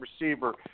receiver